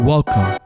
Welcome